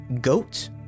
goat